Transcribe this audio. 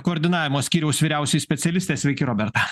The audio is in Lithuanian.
koordinavimo skyriaus vyriausioji specialistė sveiki roberta